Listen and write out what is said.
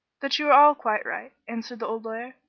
that you are all quite right, answered the old lawyer.